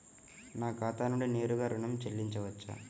నా ఖాతా నుండి నేరుగా ఋణం చెల్లించవచ్చా?